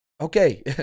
Okay